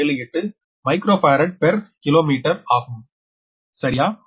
02078 micro farad per kilometre ஆகும் சரியா